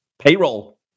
Payroll